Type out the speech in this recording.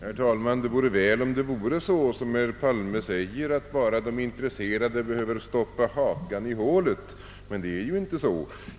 Herr talman! Det vore väl om det vore så som herr Palme säger, att bara de intresserade behöver stoppa hakan i hå let. Men det är inte så.